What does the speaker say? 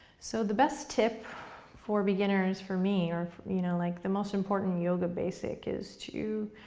so the best tip for beginners, for me, or you know like the most important yoga basic is to